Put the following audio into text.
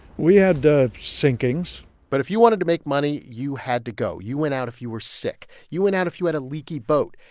we had sinkings but if you wanted to make money, you had to go. you went out if you were sick. you went out if you had a leaky boat.